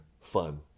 fun